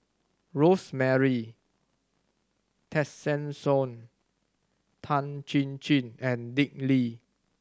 Rosemary Tessensohn Tan Chin Chin and Dick Lee